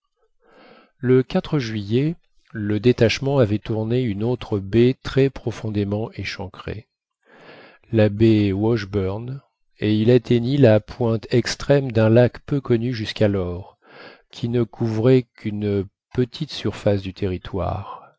le juillet le détachement avait tourné une autre baie très profondément échancrée la baie whasburn et il atteignit la pointe extrême d'un lac peu connu jusqu'alors qui ne couvrait qu'une petite surface du territoire